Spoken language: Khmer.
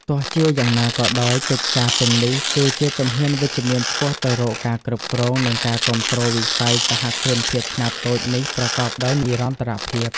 ទោះជាយ៉ាងណាក៏ដោយ កិច្ចការទាំងនេះគឺជាជំហានវិជ្ជមានឆ្ពោះទៅរកការគ្រប់គ្រង និងការគាំទ្រវិស័យសហគ្រិនភាពខ្នាតតូចនេះប្រកបដោយនិរន្តរភាព ។